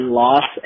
loss